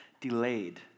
delayed